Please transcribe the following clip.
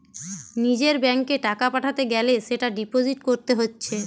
নিজের ব্যাংকে টাকা পাঠাতে গ্যালে সেটা ডিপোজিট কোরতে হচ্ছে